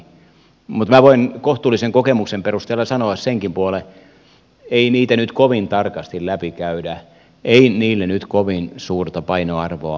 mutta minä voin kohtuullisen kokemuksen perusteella sanoa senkin puolen että ei niitä nyt kovin tarkasti läpi käydä ei niille nyt kovin suurta painoarvoa lopultakaan jää